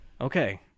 Okay